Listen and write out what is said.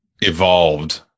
evolved